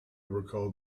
recalled